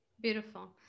Beautiful